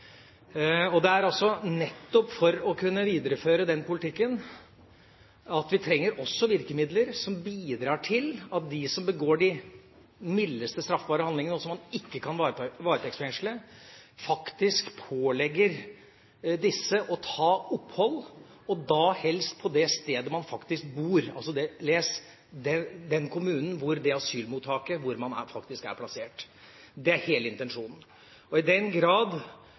Det er nettopp for å kunne videreføre den politikken at vi også trenger virkemidler som bidrar til at de som begår de mildeste straffbare handlingene, og som man ikke kan varetektsfengsle, faktisk pålegges å ta opphold, og da helst på det stedet de faktisk bor – les: den kommunen hvor det asylmottaket hvor man er plassert, er. Det er hele intensjonen. I den grad